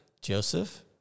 Joseph